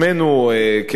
כממשלה,